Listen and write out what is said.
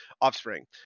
offspring